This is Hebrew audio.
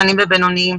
ובינוניים.